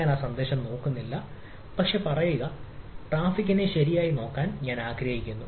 ഞാൻ സന്ദേശം നോക്കുന്നില്ല പക്ഷേ പറയുക പക്ഷേ ട്രാഫിക്കിനെ ശരിയായി നോക്കാൻ ഞാൻ ആഗ്രഹിക്കുന്നു